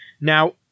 Now